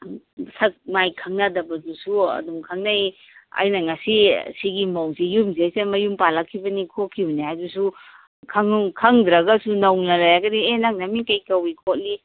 ꯁꯛ ꯃꯥꯏ ꯈꯪꯅꯗꯕꯗꯨꯁꯨ ꯑꯗꯨꯝ ꯈꯪꯅꯩ ꯑꯩꯅ ꯉꯁꯤ ꯁꯤꯒꯤ ꯃꯧꯁꯤ ꯌꯨꯝꯁꯤꯗꯩꯗ ꯃꯌꯨꯝꯄꯥꯜꯂꯛꯈꯤꯕꯅꯤ ꯈꯣꯠꯈꯤꯕꯅꯤ ꯍꯥꯏꯗꯨꯁꯨ ꯈꯪꯗ꯭ꯔꯒꯅꯨ ꯅꯧꯅ ꯂꯩꯔꯒꯗꯤ ꯑꯦ ꯅꯪ ꯅꯃꯤꯡ ꯀꯔꯤ ꯀꯧꯏ ꯈꯣꯠꯂꯤ